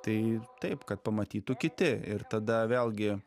tai taip kad pamatytų kiti ir tada vėlgi